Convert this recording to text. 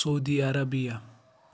Saudi Arabia